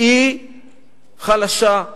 היא חלשה,